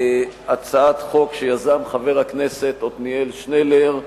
הצעת חוק שיזם חבר הכנסת עתניאל שנלר,